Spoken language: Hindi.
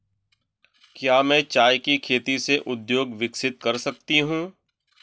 क्या मैं चाय की खेती से उद्योग विकसित कर सकती हूं?